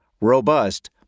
robust